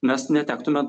mes netektume